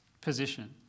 position